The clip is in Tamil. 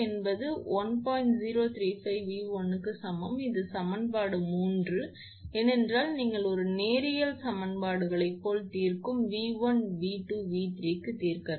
0345𝑉1 க்கு சமம் இது சமன்பாடு 3 ஆகும் ஏனென்றால் நீங்கள் ஒரு நேரியல் சமன்பாடுகளைப் போல் தீர்க்கும் 𝑉1 𝑉2 𝑉3 க்கு தீர்க்க வேண்டும்